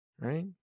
right